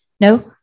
No